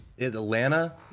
Atlanta